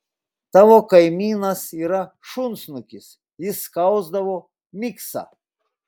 tavo kaimynas yra šunsnukis jis skausdavo miksą